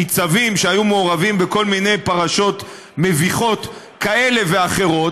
ניצבים שהיו מעורבים בכל מיני פרשות מביכות כאלה ואחרות.